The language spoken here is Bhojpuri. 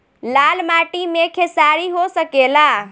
लाल माटी मे खेसारी हो सकेला?